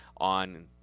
on